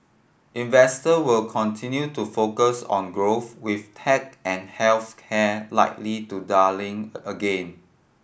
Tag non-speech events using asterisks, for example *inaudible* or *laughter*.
investors will continue to focus on growth with tech and health care likely *unintelligible* darling again